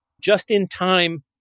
just-in-time